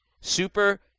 Super